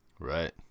Right